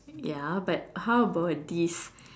ya but how about this